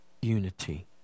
unity